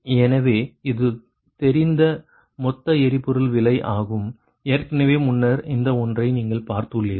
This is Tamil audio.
எனவே இது தெரிந்த மொத்த எரிபொருள் விலை ஆகும் ஏற்கனவே முன்னர் இந்த ஒன்றை நீங்கள் பார்த்துள்ளீர்கள்